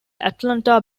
atlanta